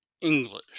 English